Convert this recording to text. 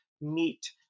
meet